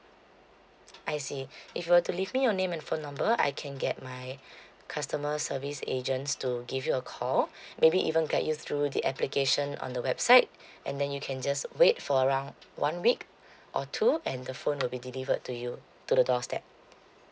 I see if you were to leave me your name and phone number I can get my customer service agents to give you a call maybe even guide you through the application on the website and then you can just wait for around one week or two and the phone will be delivered to you to the doorstep